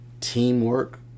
teamwork